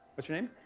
what's your name?